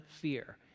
fear